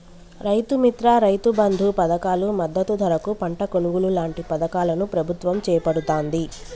రైతు మిత్ర, రైతు బంధు పధకాలు, మద్దతు ధరకు పంట కొనుగోలు లాంటి పధకాలను ప్రభుత్వం చేపడుతాంది